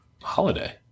holiday